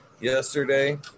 yesterday